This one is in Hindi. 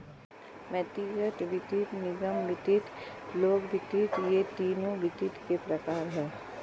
व्यक्तिगत वित्त, निगम वित्त, लोक वित्त ये तीनों वित्त के प्रकार हैं